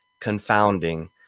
confounding